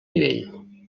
nivell